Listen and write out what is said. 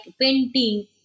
painting